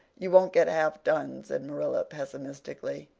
you won't get half done, said marilla pessimistically.